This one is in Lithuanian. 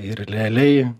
ir realiai